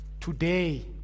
Today